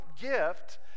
gift